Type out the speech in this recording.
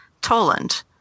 Toland